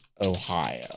Ohio